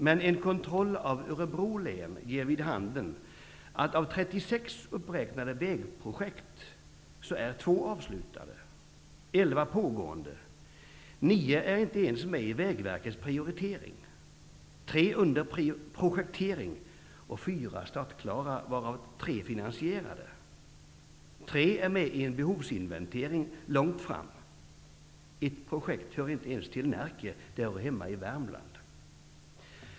Men en kontroll av Örebro län ger följande vid handen: Av 36 uppräknade vägprojekt är två avslutade, elva projekt är pågående, nio finns inte ens med i Vägverkets prioritering, tre är under projektering, fyra är startklara varav tre är finansierade, tre finns med i en behovsinventering som sträcker sig långt fram i tiden och ett projekt hör inte ens till Närke, utan det hör hemma i Värmland.